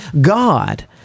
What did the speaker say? God